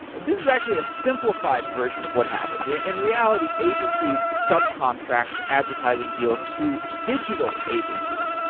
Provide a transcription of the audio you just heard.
this is actually a simplified version of what happens. in reality, agencies subcontract advertising deals to digital agencies,